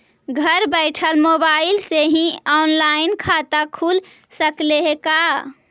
घर बैठल मोबाईल से ही औनलाइन खाता खुल सकले हे का?